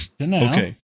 Okay